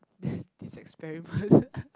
this experiment